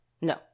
No